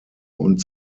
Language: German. und